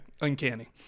uncanny